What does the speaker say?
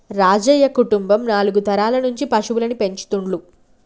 రాజయ్య కుటుంబం నాలుగు తరాల నుంచి పశువుల్ని పెంచుతుండ్లు